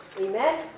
Amen